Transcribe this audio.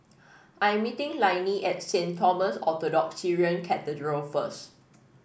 I am meeting Lainey at Saint Thomas Orthodox Syrian Cathedral first